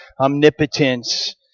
omnipotence